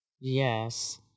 yes